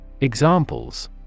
Examples